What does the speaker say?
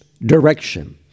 direction